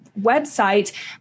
website